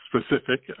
specific